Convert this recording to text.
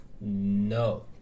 no